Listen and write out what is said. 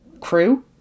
crew